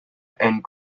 and